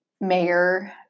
mayor